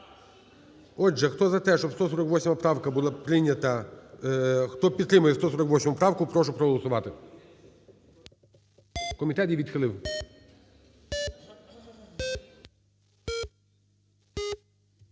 Отже, хто за те, щоб 148 правка була прийнята, хто підтримує 148 правку, прошу проголосувати.